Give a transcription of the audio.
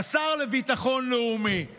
"השר לביטחון לאומי";